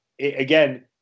again